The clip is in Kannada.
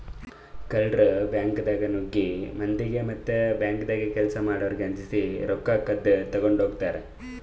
ಕಳ್ಳರ್ ಬ್ಯಾಂಕ್ದಾಗ್ ನುಗ್ಗಿ ಮಂದಿಗ್ ಮತ್ತ್ ಬ್ಯಾಂಕ್ದಾಗ್ ಕೆಲ್ಸ್ ಮಾಡೋರಿಗ್ ಅಂಜಸಿ ರೊಕ್ಕ ಕದ್ದ್ ತಗೊಂಡ್ ಹೋತರ್